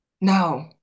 No